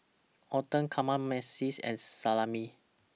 Oden Kamameshi and Salami